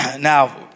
Now